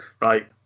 right